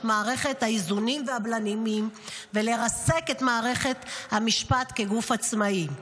מערכת האיזונים והבלמים ולרסק את מערכת המשפט כגוף עצמאי.